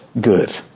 good